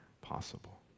possible